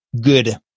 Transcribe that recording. good